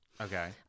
Okay